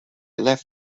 left